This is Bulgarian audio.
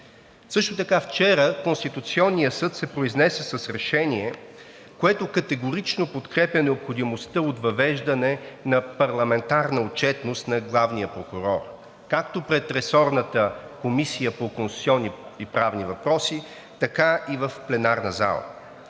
вчера Конституционният съд се произнесе с решение, което категорично подкрепя необходимостта от въвеждане на парламентарна отчетност на главния прокурор както пред ресорната Комисия по конституционни и правни въпроси, така и в пленарната зала.